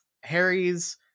harry's